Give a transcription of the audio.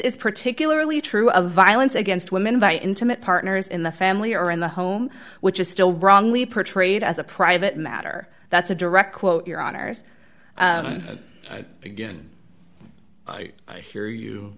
is particularly true of violence against women by intimate partners in the family or in the home which is still wrongly portrayed as a private matter that's a direct quote your honour's again i hear you